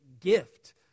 gift